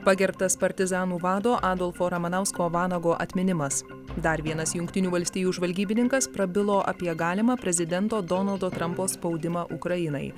pagerbtas partizanų vado adolfo ramanausko vanago atminimas dar vienas jungtinių valstijų žvalgybininkas prabilo apie galimą prezidento donaldo trampo spaudimą ukrainai